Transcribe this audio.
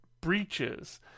breaches